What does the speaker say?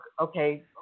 okay